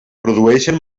produeixen